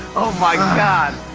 oh, my god.